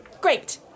Great